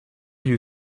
you